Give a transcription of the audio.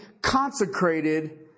consecrated